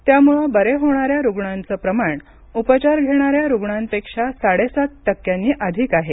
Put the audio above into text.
त्यामुळे बरे होणाऱ्या रुग्णांचं प्रमाण उपचार घेणाऱ्या रुग्णांपेक्षा साडेसात टक्क्यांनी अधिक आहे